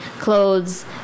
clothes